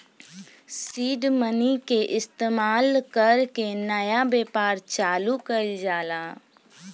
seed money के इस्तमाल कर के नया व्यापार चालू कइल जाला